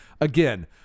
again